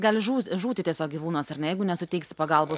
gali žūt žūti tiesiog gyvūnas ar ne jeigu nesuteiksi pagalbos